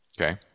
Okay